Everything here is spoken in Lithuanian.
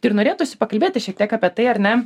tai ir norėtųsi pakalbėti šiek tiek apie tai ar ne